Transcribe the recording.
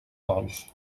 gols